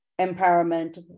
empowerment